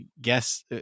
guess